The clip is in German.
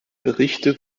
berichte